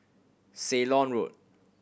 Ceylon Road